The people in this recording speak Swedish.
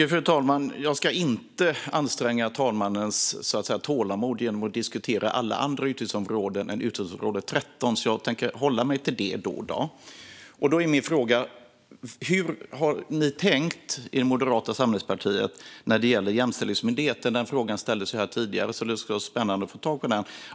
Fru talman! Jag ska inte anstränga talmannens tålamod genom att diskutera alla andra utgiftsområden än utgiftsområde 13. Jag tänker hålla mig till det. Då är min fråga: Hur har ni tänkt i det moderata samlingspartiet när det gäller Jämställdhetsmyndigheten? Den frågan ställdes här tidigare, och det skulle vara spännande att få svar på den.